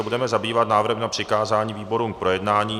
Budeme se zabývat návrhem na přikázání výborům k projednání.